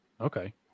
Okay